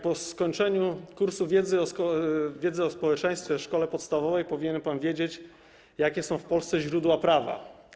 Po skończeniu kursu wiedzy o społeczeństwie w szkole podstawowej powinien pan wiedzieć, jakie są w Polsce źródła prawa.